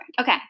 Okay